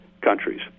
countries